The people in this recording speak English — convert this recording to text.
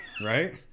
Right